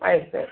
ಆಯ್ತು ಸರ್